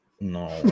No